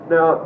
Now